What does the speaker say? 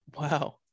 Wow